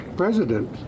president